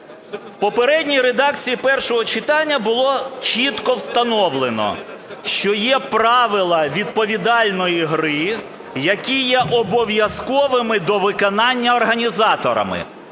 В попередній редакції першого читання було чітко встановлено, що є правила відповідальної гри, які є обов'язковими до виконання організаторами.